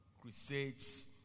crusades